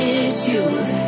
issues